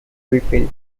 fulfill